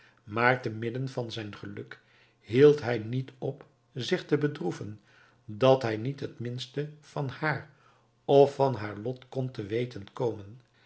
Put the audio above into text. maar te midden van zijn geluk hield hij niet op zich te bedroeven dat hij niet het minste van haar of van haar lot kon te weten komen